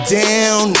down